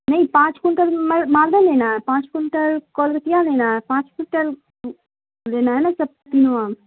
نہیں پانچ کئنٹل مالدہ لینا ہے پانچ کئنٹل کلوتیاں لینا ہے پانچ کئنٹل لینا ہے نا سب تینوں آام